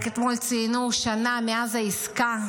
רק אתמול ציינו שנה מאז העסקה.